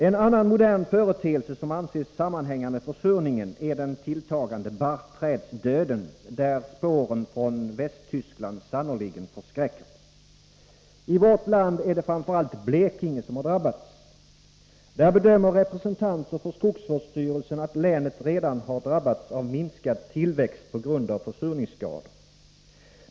En annan modern företeelse som anses sammanhänga med försurningen är den tilltagande barrträdsdöden, där spåren från Västtyskland sannerligen förskräcker. I vårt land är det framför allt Blekinge som har drabbats. Där gör representanter för skogsvårdsstyrelsen bedömningen att länet redan drabbats av minskad tillväxt på grund av försurningsskador.